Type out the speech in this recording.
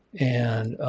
and